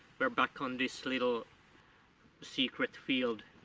we're back on this little secret field.